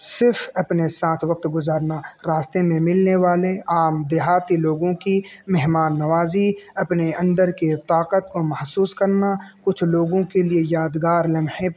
صرف اپنے ساتھ وقت گزارنا راستے میں ملنے والے عام دیہاتی لوگوں کی مہمان نوازی اپنے اندر کے طاقت کو محسوس کرنا کچھ لوگوں کے لیے یادگار لمحے